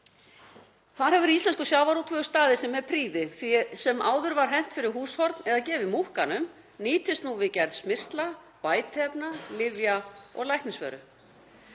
Þar hefur íslenskur sjávarútvegur staðið sig með prýði. Því sem áður var hent fyrir húshorn eða gefið múkkanum nýtist nú við gerð smyrsla, bætiefna, lyfja og læknisvöru.